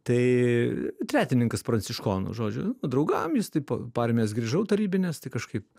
tai tretininkas pranciškonų žodžiu draugavom jis taip po armijos grįžau tarybinės tai kažkaip